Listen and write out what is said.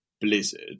blizzard